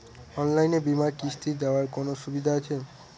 অনলাইনে বীমার কিস্তি দেওয়ার কোন সুবিধে আছে?